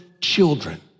children